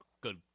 good